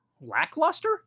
lackluster